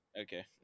Okay